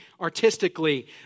artistically